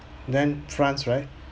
then france right